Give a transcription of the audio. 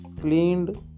cleaned